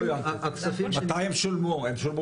מתי הם שולמו